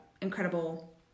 incredible